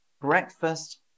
breakfast